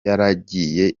yaragiye